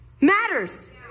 matters